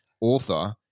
author